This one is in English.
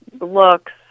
looks